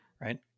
right